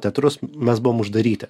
teatrus mes buvom uždaryti